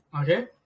Okay